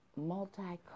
multicultural